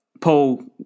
Paul